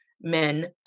men